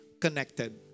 connected